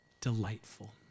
delightful